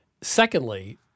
Secondly